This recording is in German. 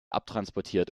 abtransportiert